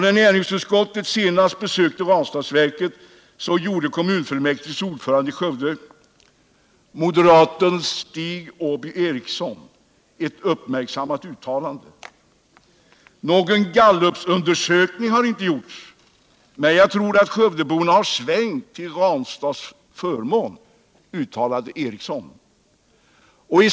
När näringsutskottet senast besökte Ranstadsverket gjorde kommunfullmäktiges ordförande i Skövde — moderaten Stig Aaby Ericsson — ett uppmärksammat uttalande. Någon gallupundersökning har inte gjorts, men Jag tror att skövdeborna har svängt till Ranstads förmån. uttalade Ericsson.